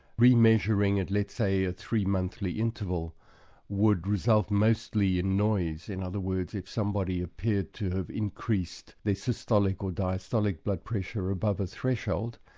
re-measuring at let's say a three-monthly interval would result mostly in noise. in other words, if somebody appeared to have increased their systolic or diastolic blood pressure above a threshold,